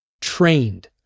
trained